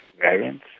variants